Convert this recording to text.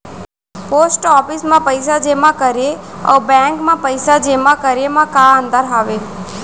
post office मा पइसा जेमा करे अऊ बैंक मा पइसा जेमा करे मा का अंतर हावे